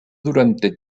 durante